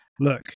look